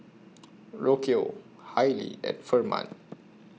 Rocio Hailee and Ferman